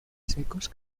secos